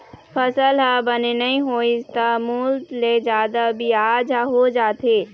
फसल ह बने नइ होइस त मूल ले जादा बियाज ह हो जाथे